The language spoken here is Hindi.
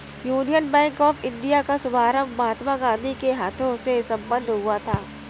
यूनियन बैंक ऑफ इंडिया का शुभारंभ महात्मा गांधी के हाथों से संपन्न हुआ था